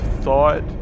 thought